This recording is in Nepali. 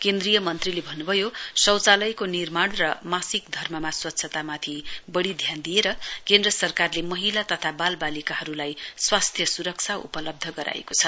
केन्द्रीय मंत्रीले भन्न्भयो शौचालयको निर्माण र मासिकधर्ममा स्वच्छतामाथि बढ़ी ध्यान दिएर केन्द्र सरकारले महिला तथा बाल बालिकाहरूलाई स्वास्थ्य सुरक्षा उपलब्ध गराएको छ